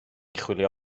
chwilio